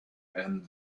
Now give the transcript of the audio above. and